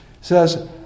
says